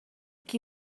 qui